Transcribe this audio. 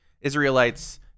Israelites